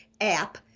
app